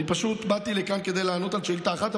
אני פשוט באתי לכאן כדי לענות על שאילתה אחת,